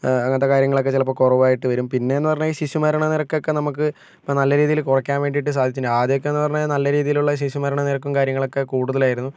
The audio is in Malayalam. അങ്ങനെത്തെ കാര്യങ്ങളൊക്കെ ചിലപ്പോൾ കുറവായിട്ട് വരും പിന്നെയെന്ന് പറഞ്ഞാൽ ഈ ശിശുമരണ നിരക്കൊക്കെ നമുക്ക് ഇപ്പോൾ നല്ല രീതിയിൽ കുറയ്ക്കാൻ വേണ്ടി സാധിച്ചു ആദ്യമൊക്കെയെന്ന് പറഞ്ഞാൽ നല്ല രീതിയിലുള്ള ശിശുമരണ നിരക്കും കാര്യങ്ങളൊക്കെ കൂടുതലായിരുന്നു